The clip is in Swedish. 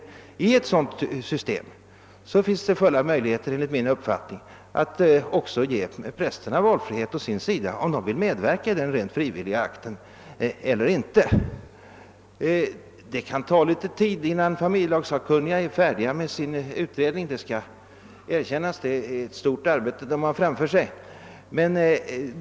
Med ett sådant system finns det enligt min mening möjlighet att överväga att ge prästerna fullständig frihet att välja om de vill medverka 1 vigselakten eller inte. Men det skall erkännas att det kan ta litet tid innan de familjelagsakkunniga blir färdiga med sin utredning — det är ett stort arbete de sakkunniga har framför sig.